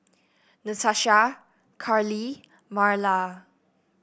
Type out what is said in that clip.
Natasha Carli Marla